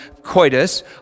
coitus